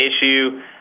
issue